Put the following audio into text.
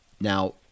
Now